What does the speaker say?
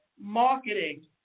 marketing